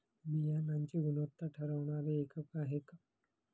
बियाणांची गुणवत्ता ठरवणारे एकक आहे का?